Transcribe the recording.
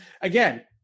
again